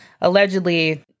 allegedly